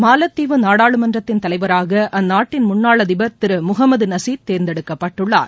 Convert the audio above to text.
மாலத்தீவு நாடாளுமன்றத்தின் தலைவராக அந்நாட்டின் முன்னாள் அதிபர் திரு முகமது நலீத் தேர்ந்தெடுக்கப்பட்டுள்ளார்